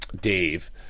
Dave